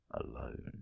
alone